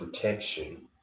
protection